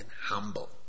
humble